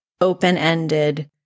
open-ended